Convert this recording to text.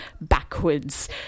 backwards